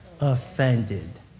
offended